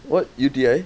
what U_T_I